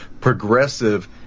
progressive